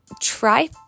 try